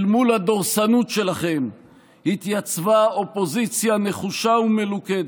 אל מול הדורסנות שלכם התייצבה אופוזיציה נחושה ומלוכדת,